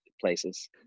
places